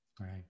Right